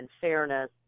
fairness